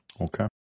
Okay